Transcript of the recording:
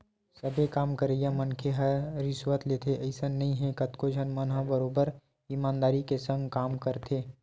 सबे काम करइया मनखे ह रिस्वत लेथे अइसन नइ हे कतको झन मन ह बरोबर ईमानदारी के संग काम करथे